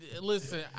Listen